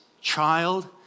child